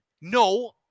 No